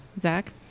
zach